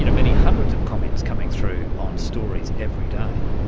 you know many hundreds of comments coming through on stories every day,